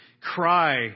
cry